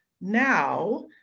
now